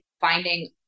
finding